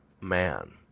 man